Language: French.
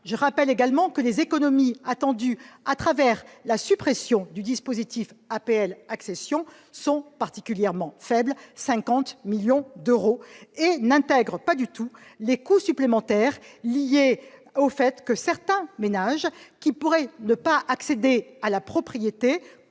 Je rappelle également que les économies attendues de la suppression du dispositif APL-accession sont particulièrement faibles : 50 millions d'euros. En outre, cette disposition n'intègre pas du tout les coûts supplémentaires liés au fait que certains ménages qui pourraient ne pas accéder à la propriété